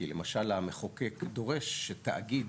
כי למשל המחוקק דורש שתאגיד